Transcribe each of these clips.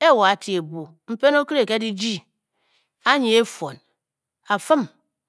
Â wo a-ti ebu mpen okire ke ki jyi a nyi e e- fuon a fum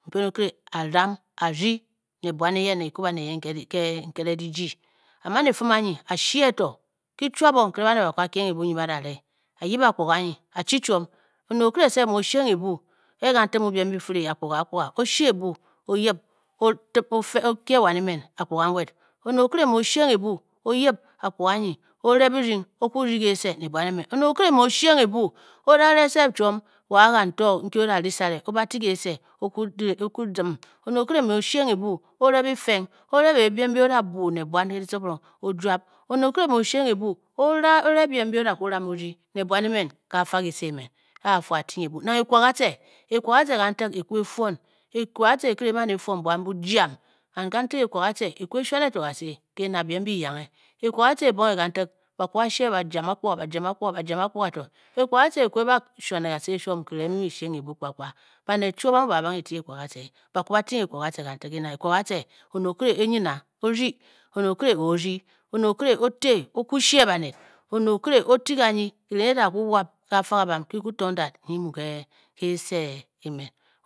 nkere okire a ram a rdyi ne bwan eyen, ne kikwu baned eyen ke nkere di jyi. a man a fum anyi a shee to kichuab o nkere baned ba kwu ba kieng ebu nyi ba da re a yip akpuga anyi a chi chiom, oned okere sef mu o sheng ebu e kantik mu biem bi fire akpuga akpuga o she ebu o yip, o tip, ofe. o kye wan emen akpuga nwed, oned okire mu oshe ebu o yip akpuga anyi o re birdying o kwu rdyi ke se ne buan emen, oned okire mu osheng ebu o da re self chiom wa kanto nki oda kwu ri sareo ba ti kese o kwu, o kwu zim, oned okire mu o sheng ebu ore bifeng, o re beebiem mbi o da bwu ne buan ke ditcifiring o juab, oned okire mu osheng ebu o re biem mbi o da kwu ram o rdyi ne buan emen ka fa kise emen. a a fu a ting ebu. nang ekwakace. ekwakatce kantik e kwu e fuon, ekwakatce ekire e man o fuon na buan bujam and kantik ekwakatce e kwu e shuane to kase ke na biem byi yanghe. ekwa katce ebonghe kantik, ba kwu ba sheng bajam akpuga, bajam akpuga, bajam akpuga, ekwa katce e kwu e ba shuane kase e shuom erenghe nyi bi mu mu sheng kpakpa banet chwoo ba mu ba a-banghe e ti ekwacatce ba kwu ba ti ekwa katce kantik. ke na ekwakatce oned okire enyin a o rdyi, oned okire o rdyi oned okire o te o kwu she baned, oned okire o ti ganyi erenghe e da kwu wap ke kafa kabam kitong dat nyi mu kese.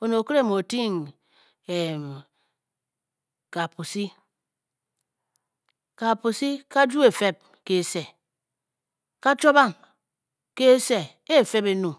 onet okire mu o-ting kaa pusi, kaapusi ka juu efeb kese, ka-chwaba ng ke se ke efeb enyung.